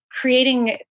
creating